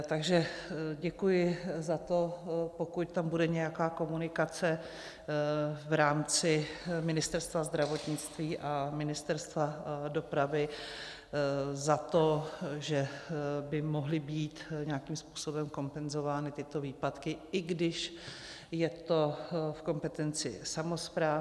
Takže děkuji za to, pokud tam bude nějaká komunikace v rámci Ministerstva zdravotnictví a Ministerstva dopravy, za to, že by mohly být nějakým způsobem kompenzovány tyto výpadky, i když je to v kompetenci samospráv.